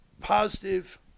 positive